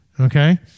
okay